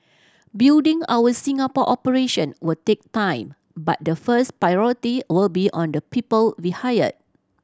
building our Singapore operation will take time but the first priority will be on the people we hire